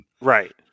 Right